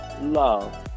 love